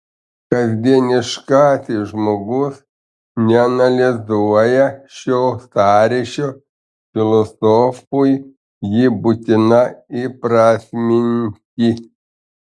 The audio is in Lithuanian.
kasdieniškasis žmogus neanalizuoja šio sąryšio filosofui jį būtina įprasminti